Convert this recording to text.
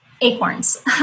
acorns